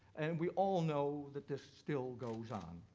and we all know that this still goes on.